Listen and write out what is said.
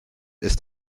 ist